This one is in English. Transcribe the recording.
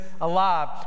alive